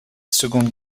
seconde